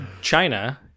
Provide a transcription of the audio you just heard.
China